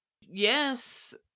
yes